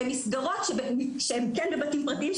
והן מסגרות שהן כן בבתים פרטיים,